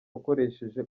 ukoresheje